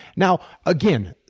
now again,